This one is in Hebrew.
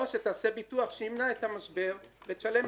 או שתעשה ביטוח שימנע את המשבר ותשלם